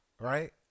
right